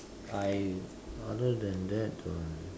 I other than that um